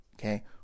Okay